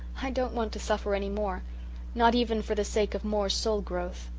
i don't want to suffer any more not even for the sake of more soul growth.